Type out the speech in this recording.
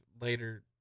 later